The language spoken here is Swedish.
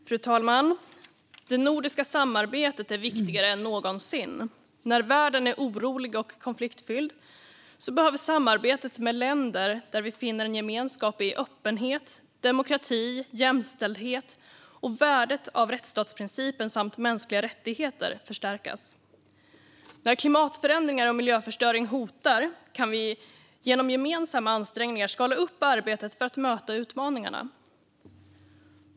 Fru talman! Det nordiska samarbetet är viktigare än någonsin. När världen är orolig och konfliktfylld behöver samarbetet med länder där vi finner en gemenskap i fråga om öppenhet, demokrati, jämställdhet och värdet av rättsstatsprincipen samt mänskliga rättigheter förstärkas. När klimatförändringar och miljöförstöring hotar kan vi genom gemensamma ansträngningar skala upp arbetet för att möta utmaningarna.